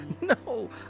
No